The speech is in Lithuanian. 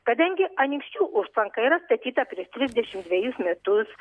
kadangi anykščių užtvanka yra statyta prieš trisdešimt dvejus metus